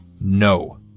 No